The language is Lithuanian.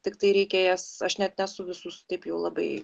tiktai reikia jas aš net nesu visų taip jau labai